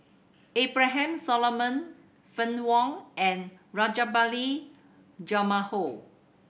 Abraham Solomon Fann Wong and Rajabali Jumabhoy